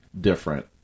different